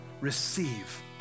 receive